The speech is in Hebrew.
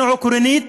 אנחנו עקרונית